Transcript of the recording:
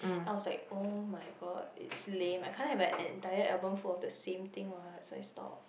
I was like oh-my-god it's lame I can't have a entire album for the same thing what so I was like stops